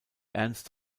ernst